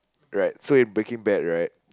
right so in Breaking Bad right